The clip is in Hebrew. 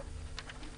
תודה רבה.